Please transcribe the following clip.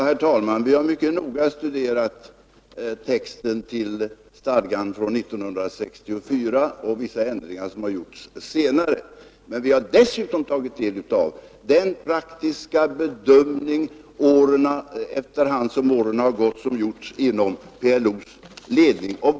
Herr talman! Vi har mycket noga studerat texten till stadgan från 1964 och vissa ändringar som har gjorts senare. Men vi har dessutom tagit del av den praktiska bedömning som efter hand som åren gått har gjorts inom PLO:s ledning.